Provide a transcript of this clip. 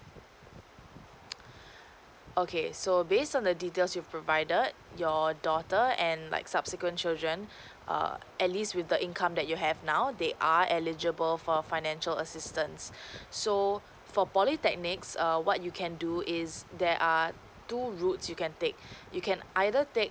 okay so based on the details you provided your daughter and like subsequent children err atleast with the income that you have now they are eligible for financial assistance so for polytechnic err what you can do is there are two routes you can take you can either take